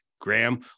Graham